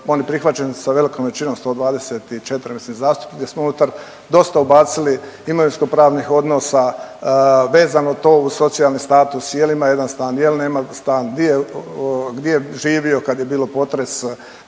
on je prihvaćen sa velikom većinom, 124, mislim, zastupnika, gdje smo unutar dosta ubacili imovinskopravnih odnosa, vezano to uz socijalni status, je li ima jedan stan, ne li nema stan, gdi je živio kad je bio potres,